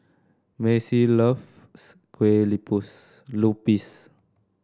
Mazie loves Kue Lupis